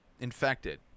infected